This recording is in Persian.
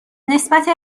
نسبت